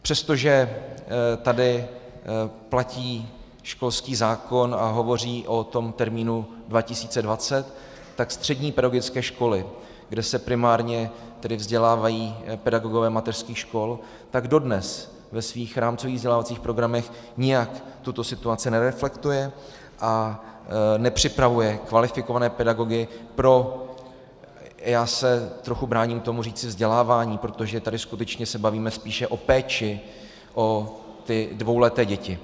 Přestože tady platí školský zákon a hovoří o tom termínu 2020, tak střední pedagogické školy, kde se primárně vzdělávají pedagogové mateřských škol, dodnes ve svých rámcových vzdělávacích programech nijak tuto situaci nereflektují a nepřipravují kvalifikované pedagogy pro já se trochu bráním říci vzdělávání, protože tady se bavíme skutečně o péči o ty dvouleté děti.